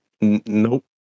nope